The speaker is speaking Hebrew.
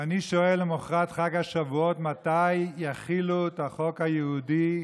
ואני שואל למוחרת חג השבועות מתי יחילו את החוק היהודי,